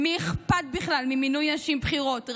למי אכפת בכלל ממינוי נשים בכירות?